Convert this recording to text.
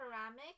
ceramic